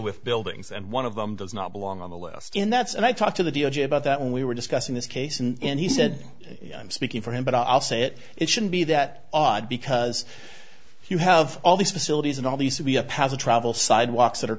with buildings and one of them does not belong on the list in that's and i talked to the d o j about that when we were discussing this case and he said i'm speaking for him but i'll say it it shouldn't be that odd because you have all these facilities and all these to be a path to travel sidewalks that are